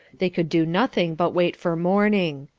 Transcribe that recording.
they could do nothing but wait for morning.